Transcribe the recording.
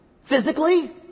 physically